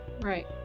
Right